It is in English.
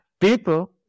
people